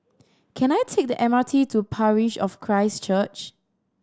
can I take the M R T to Parish of Christ Church